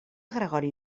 gregori